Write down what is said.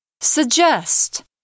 Suggest